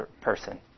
person